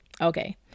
okay